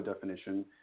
definition